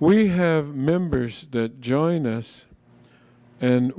we have members that join us and